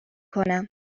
کنم